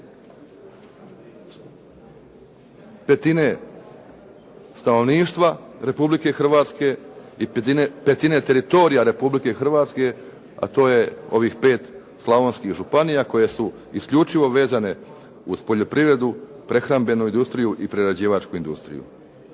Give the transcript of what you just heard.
petine stanovništva Republike Hrvatske i petine teritorija Republike Hrvatske, a to je pet ovih slavonskih županija koje su isključivo vezane uz poljoprivredu, prehrambenu industriju i prerađivačku industriju.